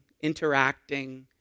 interacting